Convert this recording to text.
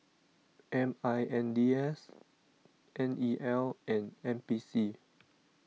M I N D S N E L and N P C